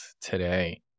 today